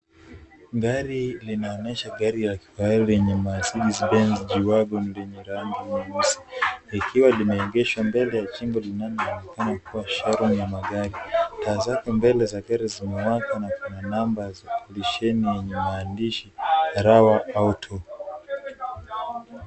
Gari linaonyesha gari la kifahari lenye Mercedez Benz G-Wagon lenye rangi nyeusi, likiwa limegeshwa mbele ya jengo linaloonekana kuwa showroom ya magari. Taa zake mbele za gari zimewaka na kuna namba za lesheni yenye maandishi Rawa Auto.